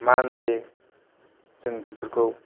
मानदे जों बेफोरखौ